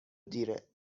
دیره